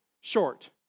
short